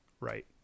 right